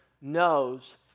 knows